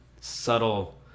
subtle